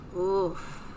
Oof